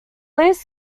least